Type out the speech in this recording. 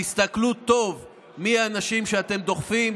תסתכלו טוב מי האנשים שאתם דוחפים,